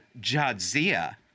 Jadzia